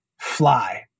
fly